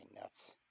nuts